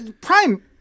Prime